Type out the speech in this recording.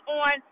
on